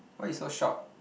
why you so short